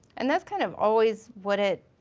and that's kind of always what it,